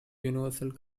universal